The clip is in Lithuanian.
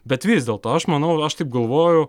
bet vis dėlto aš manau aš taip galvoju